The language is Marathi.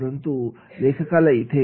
परंतु लेखकाला इथे